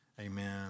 Amen